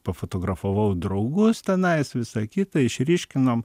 pafotografavau draugus tenais visa kita išryškinom